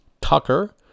Tucker